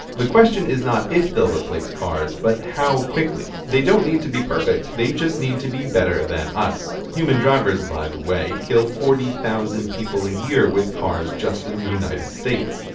the question is not if they'll replaces cars, but how quickly. they don't need to be perfect, they just need to be better than us. humans drivers, by the way, kill forty thousand people a year with cars just in the united states.